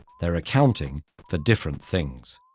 they're accounting for different things.